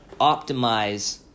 optimize